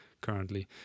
currently